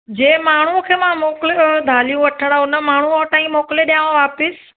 जे माण्हू खे मां मोकिलियो हुयो दालियूं वठणु हुन माण्हू हथां ई मोकिले ॾेआंव वापिस